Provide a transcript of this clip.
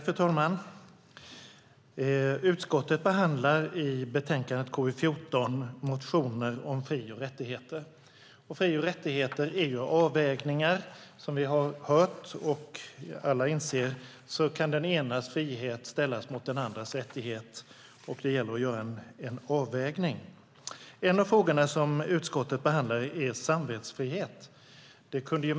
Fru talman! I betänkande KU14 behandlar utskottet motioner om fri och rättigheter. Fri och rättigheter handlar om avvägningar. Som vi hört och som alla inser kan den enes frihet ställas mot den andres rättighet. Det gäller att göra en avvägning. En av de frågor som utskottet behandlat är den om samvetsfrihet.